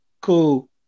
Cool